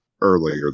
earlier